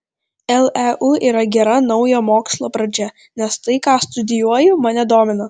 leu yra gera naujo mokslo pradžia nes tai ką studijuoju mane domina